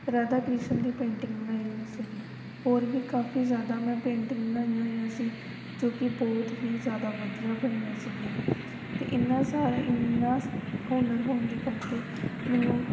ਰਾਧਾ ਕ੍ਰਿਸ਼ਨ ਦੀ ਪੇਂਟਿੰਗ ਬਣਾਈ ਹੋਈ ਸੀਗੀ ਹੋਰ ਵੀ ਕਾਫੀ ਜ਼ਿਆਦਾ ਮੈਂ ਪੇਂਟਿੰਗ ਬਣਾਈਆਂ ਹੋਈਆਂ ਸੀ ਜੋ ਕਿ ਬਹੁਤ ਹੀ ਜ਼ਿਆਦਾ ਵਧੀਆ ਬਣੀਆਂ ਸੀਗੀਆਂ ਅਤੇ ਇਹਨਾਂ ਸਾਰ ਇਹਨਾਂ ਹੁਨਰ ਹੋਣ ਦੇ ਕਰਕੇ ਮੈਨੂੰ